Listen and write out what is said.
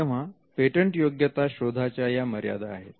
तेव्हा पेटंटयोग्यता शोधाच्या या मर्यादा आहेत